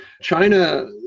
China